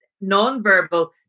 non-verbal